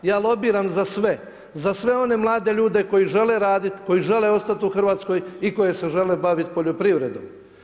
Ja lobiram za sve, za sve one mlade ljude koji žele raditi, koji žele ostati u Hrvatskoj i koji se žele baviti poljoprivredom.